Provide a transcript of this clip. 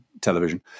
television